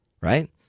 right